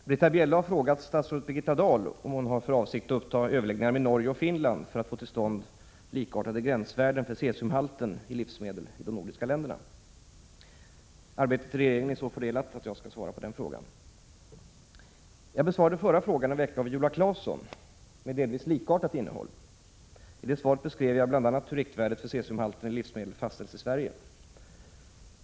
Herr talman! Britta Bjelle har frågat statsrådet Birgitta Dahl om hon har för avsikt att uppta överläggningar med Norge och Finland för att få till stånd likartade gränsvärden för cesiumhalten i livsmedel i de nordiska länderna. Arbetet inom regeringen är så fördelat att det är jag som skall svara på frågan. Jag besvarade förra veckan en fråga av Viola Claesson med delvis likartat innehåll. I det svaret beskrev jag bl.a. hur riktvärdet för cesiumhalten i livsmedel fastställs i Sverige.